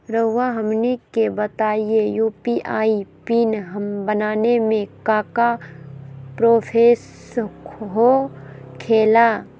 रहुआ हमनी के बताएं यू.पी.आई पिन बनाने में काका प्रोसेस हो खेला?